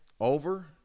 over